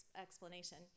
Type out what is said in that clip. explanation